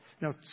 Now